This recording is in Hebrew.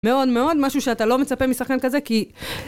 מאוד מאוד משהו שאתה לא מצפה משחקן כזה, כי...